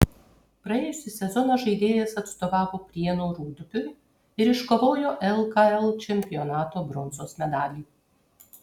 praėjusį sezoną žaidėjas atstovavo prienų rūdupiui ir iškovojo lkl čempionato bronzos medalį